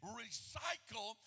recycle